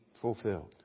fulfilled